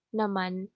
naman